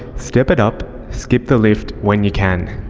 step it up, skip the lift when you can.